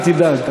אל תדאג,